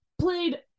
Played